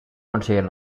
consiguen